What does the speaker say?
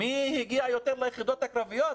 מי הגיע יותר ליחידות הקרביות.